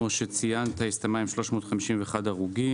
שהסתיימה עם 351 הרוגים.